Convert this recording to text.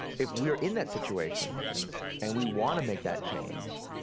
if we're in that situation and we wanna make that change,